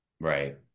right